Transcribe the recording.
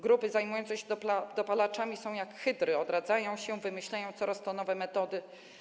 Grupy zajmujące się dopalaczami są jak hydry, odradzają się, wymyślają coraz to nowe metody.